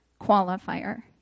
qualifier